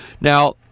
Now